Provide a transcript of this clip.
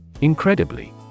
Incredibly